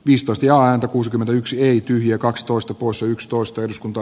viistosti aina kuusikymmentäyksi ei tyhjä kakstoista kuusykstoista eduskunta